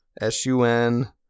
S-U-N